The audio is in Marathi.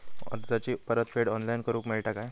कर्जाची परत फेड ऑनलाइन करूक मेलता काय?